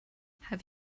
have